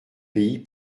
pays